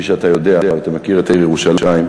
כפי שאתה יודע ואתה מכיר את העיר ירושלים,